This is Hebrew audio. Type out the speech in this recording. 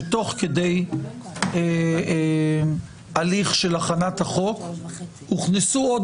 שתוך כדי הליך של הכנת החוק הוכנסו עוד